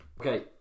Okay